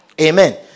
Amen